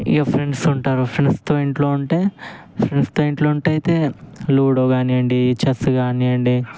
ఇక ఫ్రెండ్స్ ఉంటారు ఫ్రెండ్స్తో ఇంట్లో ఉంటే ఫ్రెండ్స్తో ఇంట్లో ఉంటే అయితే లూడో కానీయండి చెస్ కానీయండి